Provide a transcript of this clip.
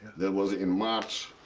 that was in march